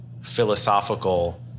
philosophical